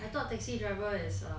I thought taxi driver is err